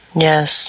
Yes